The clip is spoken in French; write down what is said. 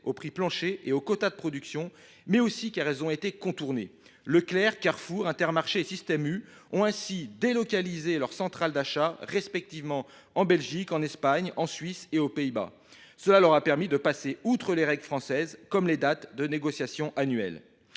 aux prix planchers et aux quotas de production, mais aussi parce qu’elles ont été contournées. Leclerc, Carrefour, Intermarché et Système U ont ainsi délocalisé leurs centrales d’achat respectivement en Belgique, en Espagne, en Suisse et aux Pays Bas. Cela leur a permis de passer outre les règles françaises, notamment celles qui concernent les dates des négociations annuelles.